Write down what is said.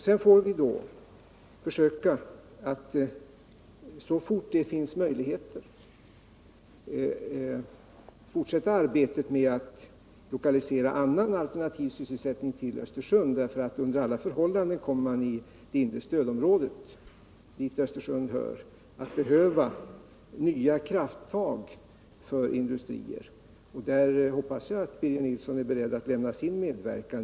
Sedan får vi försöka att, så fort det finns några möjligheter till det, fortsätta arbetet med att lokalisera alternativ sysselsättning till Östersund. Under alla förhållanden kommer i det inre stödområdet, dit Östersund hör, att behövas nya krafttag för industrier. Där hoppas jag att Birger Nilsson är beredd att lämna sin medverkan.